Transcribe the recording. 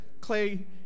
Clay